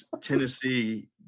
Tennessee